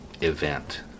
event